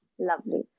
Lovely